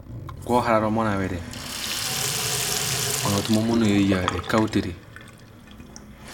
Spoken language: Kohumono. Oyina bhoven fa ohara ohumoonabhene onothum a hohumono eyaa reka a hothene,